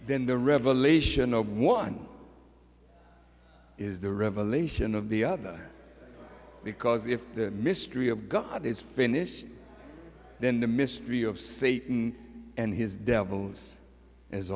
then the revelation no one is the revelation of the other because if the mystery of god is finished then the mystery of satan and his devils as